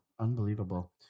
Unbelievable